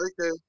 Okay